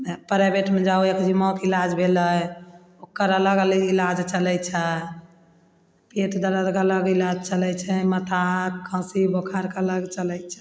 प्राइवेटमे जाहो एक्जिमाके इलाज भेलय ओकर अलग अलग इलाज चलय छै पेट दर्दके अलग इलाज चलय छै माथा खाँसी बोखारके अलग चलय छै